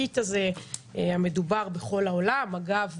הקיט המדובר בכל העולם אגב,